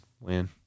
Win